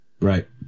Right